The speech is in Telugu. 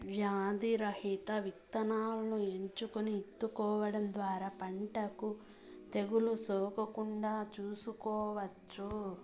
వ్యాధి రహిత ఇత్తనాలను ఎంచుకొని ఇత్తుకోవడం ద్వారా పంటకు తెగులు సోకకుండా చూసుకోవచ్చు